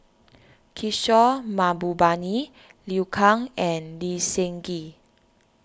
Kishore Mahbubani Liu Kang and Lee Seng Gee